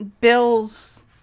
Bill's